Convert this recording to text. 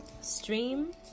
Stream